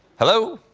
hello?